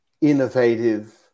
innovative